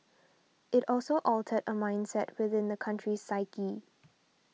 it also altered a mindset within the country's psyche